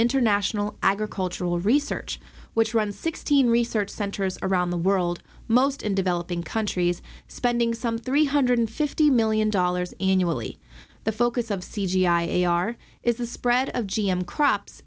international agricultural research which runs sixteen research centers around the world most in developing countries spending some three hundred fifty million dollars annually the focus of c g i a r is the spread of g m crops